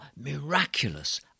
miraculous